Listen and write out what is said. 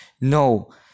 no